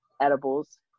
edibles